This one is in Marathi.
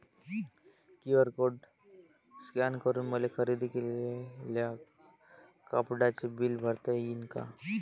क्यू.आर कोड स्कॅन करून मले खरेदी केलेल्या कापडाचे बिल भरता यीन का?